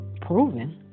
proven